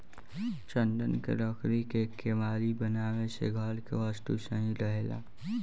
चन्दन के लकड़ी के केवाड़ी बनावे से घर के वस्तु सही रहेला